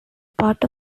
part